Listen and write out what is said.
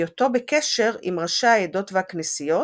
בהיותו בקשר עם ראשי העדות והכנסיות